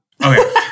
Okay